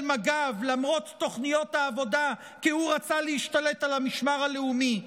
מג"ב למרות תוכניות העבודה כי הוא רצה להשתלט על המשמר הלאומי,